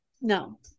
No